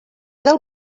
del